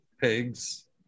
pigs